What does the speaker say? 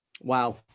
Wow